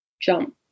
jump